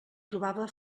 trobava